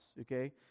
okay